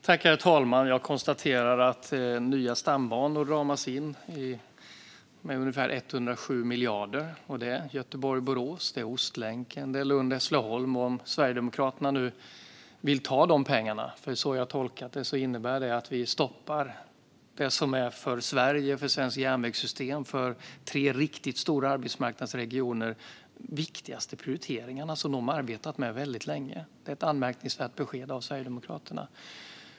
Herr talman! Jag konstaterar att nya stambanor ramas in med ungefär 107 miljarder. Det handlar om Göteborg-Borås, Ostlänken och Lund-Hässleholm. Om Sverigedemokraterna nu vill ta dessa pengar - det är så jag har tolkat det - innebär det att vi stoppar det som för Sverige, för svenskt järnvägssystem och för tre riktigt stora arbetsmarknadsregioner är de viktigaste prioriteringarna som de har arbetat med väldigt länge. Det är ett anmärkningsvärt besked från Sverigedemokraterna.